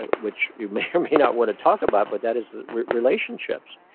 ah which you may or may not wanna talk about, but that is relationships.